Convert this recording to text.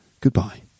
goodbye